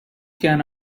can